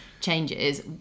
changes